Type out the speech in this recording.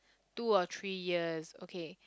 two or three years okay